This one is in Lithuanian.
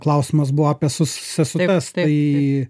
klausimas buvo apie se sesutes tai